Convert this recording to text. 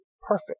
perfect